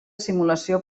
simulació